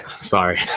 Sorry